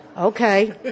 Okay